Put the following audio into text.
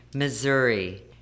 Missouri